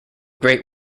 great